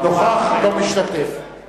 אינו משתתף בהצבעה